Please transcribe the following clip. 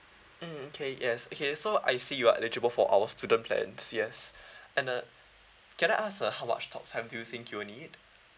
mm okay yes okay so I see you are eligible for our student plans yes and uh can I ask ah how much talk time do you think you will need